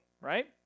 right